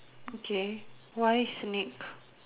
okay why snake